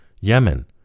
Yemen